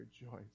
rejoice